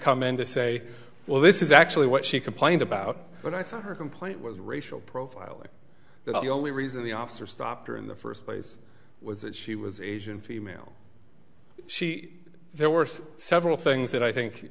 come in to say well this is actually what she complained about but i thought her complaint was racial profiling that the only reason the officer stopped her in the first place was that she was asian female she there were several things that i think